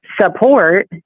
support